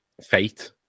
fate